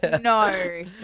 no